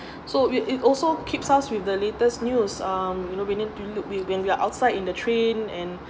so we it also keeps us with the latest news um you know we need to look we when we're outside in the trend and